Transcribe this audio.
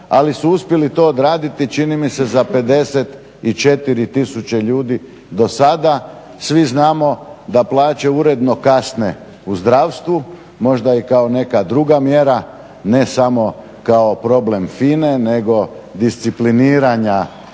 ali su uspjeli to odraditi, čini mi se za 54 tisuće ljudi do sada. Svi znamo da plaće uredno kasne u zdravstvu, možda i kao neka druga mjera, ne samo kao problem FINA-e, nego discipliniranja